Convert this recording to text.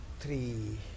three